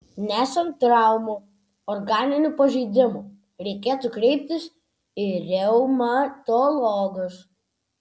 nesant traumų organinių pažeidimų reikėtų kreiptis į reumatologus